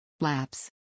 Lapse